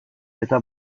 eta